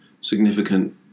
significant